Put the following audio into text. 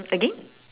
again